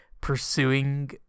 pursuing